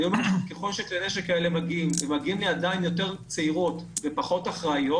ככל שכלי הנשק האלה מגיעים לידיים יותר צעירות ופחות אחראיות